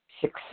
Success